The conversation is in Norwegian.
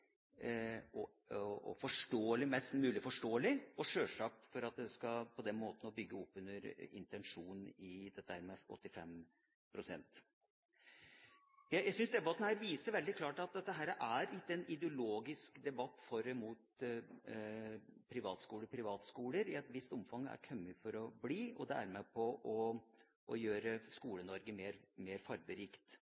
og mest mulig forståelig, og sjølsagt for at en på den måten skal bygge opp under intensjonen med 85 pst. Jeg synes debatten her viser veldig klart at dette ikke er en ideologisk debatt for og imot privatskoler – privatskoler i et visst omfang har kommet for å bli, og det er med på å gjøre